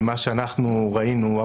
ממה שאנחנו ראינו,